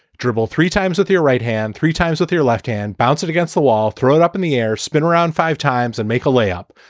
dribble three times with your right hand, three times with your left hand. bounce it against the wall, throw it up in the air, spin around five times and make a layup.